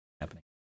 happening